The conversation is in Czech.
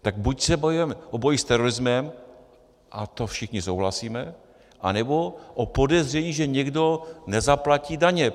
Tak buď se bavíme o boji s terorismem, a to všichni souhlasíme, anebo o podezření, že někdo nezaplatí daně.